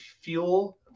fuel